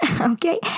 okay